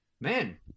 man